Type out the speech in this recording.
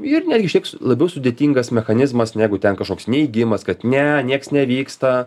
ir netgi išliks labiau sudėtingas mechanizmas negu ten kažkoks neigimas kad ne niekas nevyksta